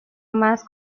más